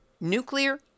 Nuclear